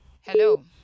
Hello